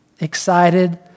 excited